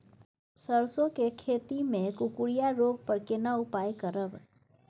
सरसो के खेती मे कुकुरिया रोग पर केना उपाय करब?